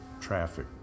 traffic